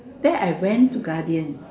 then I went to Guardian